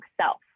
self